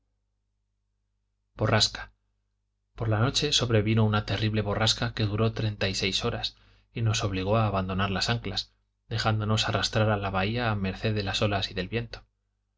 borrasca por la noche sobrevino una terrible borrasca que duró treinta y seis horas y nos obligó a abandonar las anclas dejándonos arrastrar a la bahía a merced de las olas y del viento